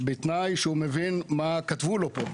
בתנאי שהוא מבין מה כתבו לו פה.